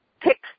pick